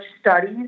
studies